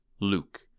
Luke